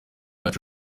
bacu